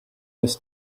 was